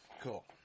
cool